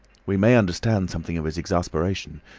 we may understand something of his exasperation,